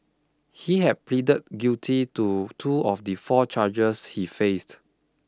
he had pleaded guilty to two of the four chargers he faced